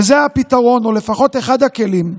וזה הפתרון, או לפחות אחד הכלים,